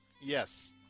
Yes